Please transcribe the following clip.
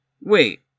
Wait